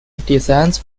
descends